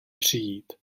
přijít